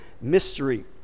mystery